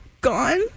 gone